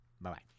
Bye-bye